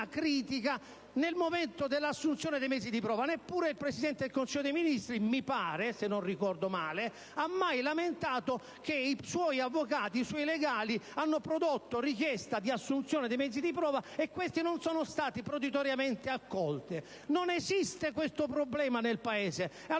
circa il tema dell'assunzione dei mezzi di prova. Neppure il Presidente del Consiglio dei ministri, se non ricordo male, ha mai lamentato che i suoi avvocati abbiano prodotto richiesta di assunzione di mezzi di prova e questi siano stati proditoriamente non accolti. Non esiste questo problema nel Paese, e